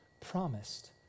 promised